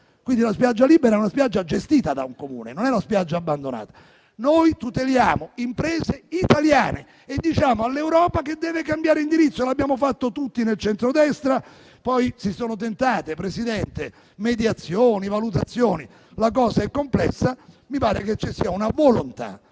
La spiaggia libera è una spiaggia gestita da un Comune, non è una spiaggia abbandonata. Noi tuteliamo le imprese italiane e diciamo all'Europa che deve cambiare indirizzo; l'abbiamo fatto tutti nel centrodestra. Poi si sono tentate, Presidente, mediazioni e valutazioni, la cosa è complessa. Mi pare che ci sia la volontà